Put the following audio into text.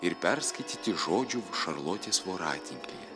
ir perskaityti žodžių šarlotės voratinklyje